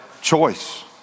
Choice